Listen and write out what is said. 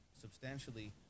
substantially